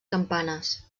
campanes